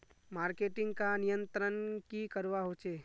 Marketing का नियंत्रण की करवा होचे?